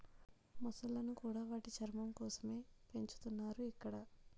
మొసళ్ళను కూడా వాటి చర్మం కోసమే పెంచుతున్నారు ఇక్కడ